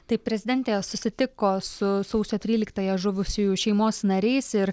taip prezidentė susitiko su sausio tryliktąją žuvusiųjų šeimos nariais ir